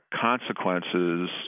consequences